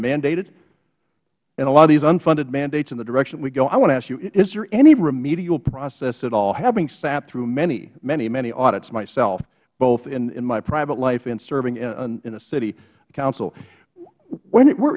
mandated and a lot of these unfunded mandates in the direction we go i want to ask you is there any remedial process at all having sat through many many many many audits myself both in my private life and serving in a city council where